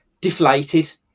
deflated